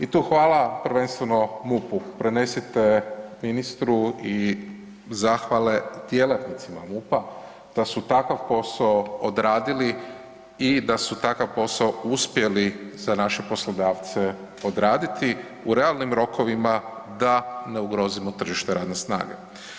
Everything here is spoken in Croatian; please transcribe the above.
I tu hvala prvenstveno MUP-u, prenesite ministru i zahvale djelatnicima MUP-a da su takav posao odradili i da su takav posao uspjeli za naše poslodavce odraditi u realnim rokovima da ne ugrozimo tržište radne snage.